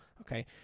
okay